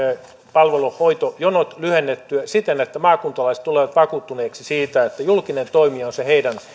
palvelu ja hoitojonot lyhennettyä siten että maakuntalaiset tulevat vakuuttuneiksi siitä että julkinen toimija on se heidän